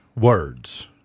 words